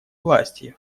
власти